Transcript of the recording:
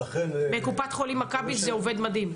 בקופת חולים מכבי זה עובד מדהים.